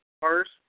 first